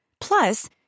Plus